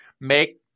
make